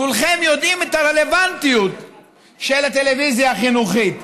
כולכם יודעים את הרלוונטיות של הטלוויזיה החינוכית.